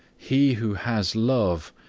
he who has love,